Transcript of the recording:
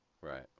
Right